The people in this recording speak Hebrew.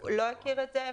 שלא הכיר את זה,